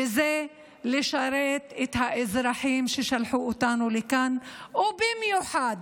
וזה לשרת את האזרחים ששלחו אותנו לכאן, ובמיוחד